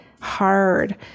hard